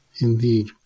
Indeed